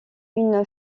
une